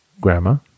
grammar